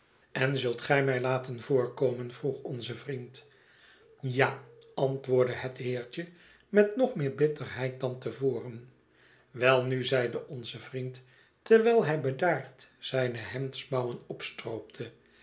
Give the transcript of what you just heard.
en zult gij mij laten voorkomen vroeg onze vriend ja antwoordde het heertje met nog meer bitterheid dan te voren welnu i zeide onze vriend terwijl hij bedaard zijne hemdsmouwen opstroopte